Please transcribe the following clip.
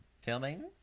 filming